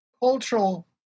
cultural